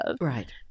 Right